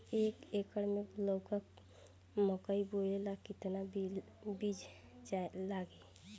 एक एकर मे लौका मकई बोवे ला कितना बिज लागी?